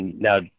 Now